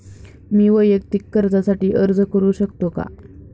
मी वैयक्तिक कर्जासाठी अर्ज करू शकतो का?